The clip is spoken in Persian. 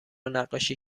نقاشی